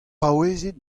paouezit